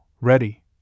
ready